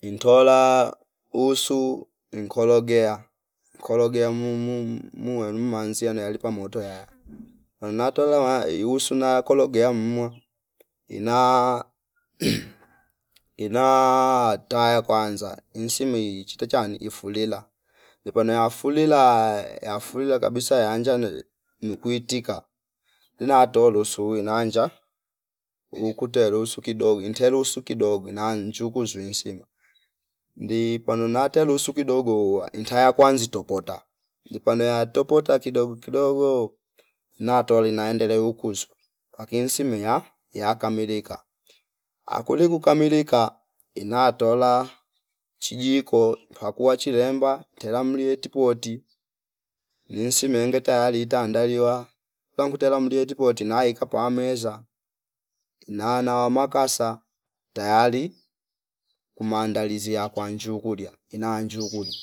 intola usu nkologea kologea muumu muwe umanzi yanoyalipa motoya unatola la iyusuna kologea mmwa ina inaa taya kwanza insimi chite cha ifulela ipano ifulila yafulila kabisa yanjane nukuitika ilatolo lusuiwi nanja ukute lusu kidogo intelusu kidogo na njuku zwi nsima ndi pano na telu lusu kidogo intaya kuwa nzito potopa dikwanaya topota kidogo kidogo natoli naendele ukuzwa lakini insimeya yakamalika akuli kukamilika inatola chijiko pakua chilemba tela mlie tipoti insimenge teyali ita andaliwa pangu tela mlie tipoti na ika pameza na- nawa makasa tayali kumandalizi ya kwanju kulia inaju kulia